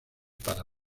para